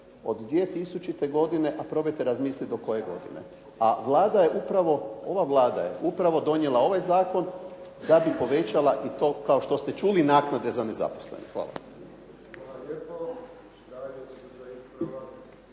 Od 2000. godine a probajte razmislit do koje godine. A ova Vlada je upravo donijela ovaj zakon da bi povećala i to kao što ste čuli, naknade za nezaposlene. Hvala.